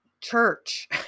church